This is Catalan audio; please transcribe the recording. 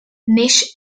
neix